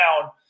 down